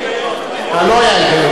לא היה היגיון.